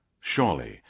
surely